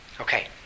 Okay